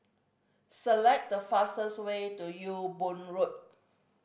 select the fastest way to Ewe Boon Road